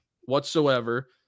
whatsoever